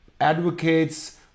advocates